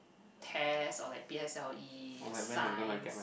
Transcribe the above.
test or like P_S_L_E science